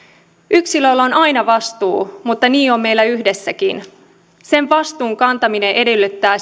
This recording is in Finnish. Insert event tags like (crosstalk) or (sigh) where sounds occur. yksilöllä on aina vastuu mutta niin on meillä yhdessäkin sen vastuun kantaminen edellyttää (unintelligible)